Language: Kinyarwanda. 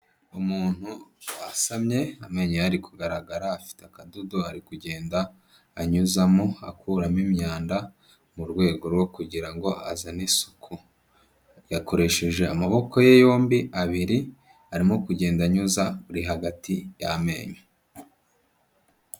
Umuntu wasamye amenyo ye ari kugaragara, afite akadodo ari kugenda anyuzamo akuramo imyanda mu rwego rwo kugira ngo azane isuku. Yakoresheje amaboko ye yombi abiri arimo kugenda anyuza buri hagati y'amenyo.